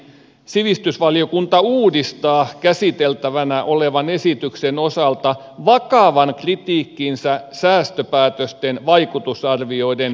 sivistysvaliokunta uudistaa käsiteltävänä olevan esityksen osalta vakavan kritiikkinsä säästöpäätösten vaikutusarvioiden täsmentymättömyydestä